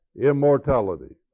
immortality